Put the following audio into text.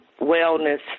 wellness